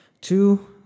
Two